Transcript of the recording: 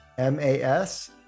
M-A-S